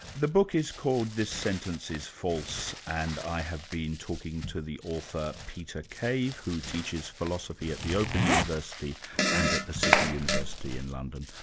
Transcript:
the book is called this sentence is false, and i have been talking to the author, peter cave, who teaches philosophy at the open university and at the city university in london.